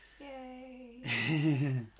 Yay